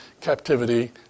captivity